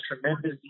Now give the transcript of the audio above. tremendous